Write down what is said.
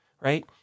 right